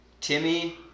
Timmy